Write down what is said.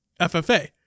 FFA